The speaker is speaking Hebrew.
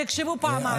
שיחשבו פעמיים,